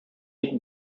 ник